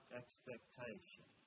expectation